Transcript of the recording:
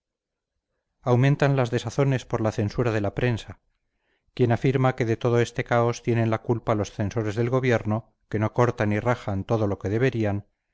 aumentan las desazones por la censura de la prensa quién afirma que de todo este caos tienen la culpa los censores del gobierno que no cortan y rajan todo lo que deberían